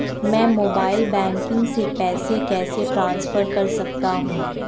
मैं mobile banking से पैसे कैसे ट्रांसफर कर सकता हूं?